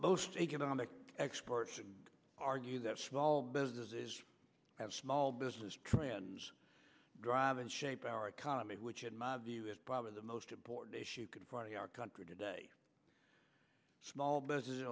most economic experts and argue that small businesses have small business plans drive and shape our economy which in my view is probably the most important issue confronting our country today small business you